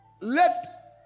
Let